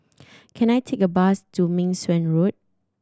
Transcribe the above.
can I take a bus to Meng Suan Road